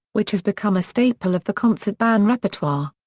which has become a staple of the concert band repertoire.